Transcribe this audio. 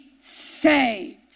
saved